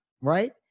right